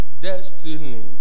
Destiny